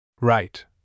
Right